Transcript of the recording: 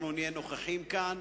אנחנו נהיה נוכחים כאן,